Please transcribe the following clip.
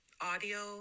audio